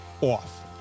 off